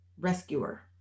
rescuer